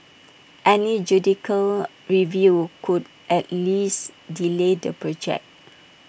any judicial review could at least delay the project